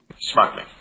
Smartly